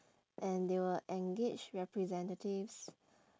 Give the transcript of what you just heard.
and they will engage representatives